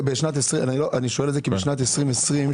אני שואל את זה כי בשנת 2020,